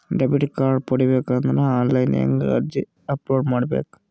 Debit card ಪಡಿಬೇಕು ಅಂದ್ರ online ಹೆಂಗ್ ಅರ್ಜಿ ಅಪಲೊಡ ಮಾಡಬೇಕು?